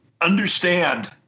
understand